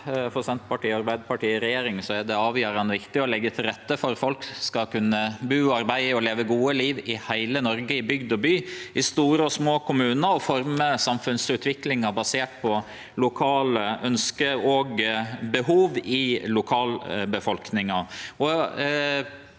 For Senter- partiet og Arbeidarpartiet i regjering er det avgjerande viktig å leggje til rette for at folk skal kunne bu, arbeide og leve eit godt liv i heile Noreg, i bygd og by, i store og små kommunar, og forme samfunnsutviklinga basert på lokale ønske og behov i befolkninga.